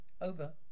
Over